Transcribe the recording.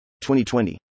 2020